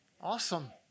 Awesome